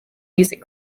music